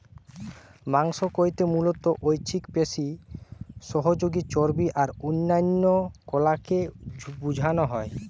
মাংস কইতে মুলত ঐছিক পেশি, সহযোগী চর্বী আর অন্যান্য কলাকে বুঝানা হয়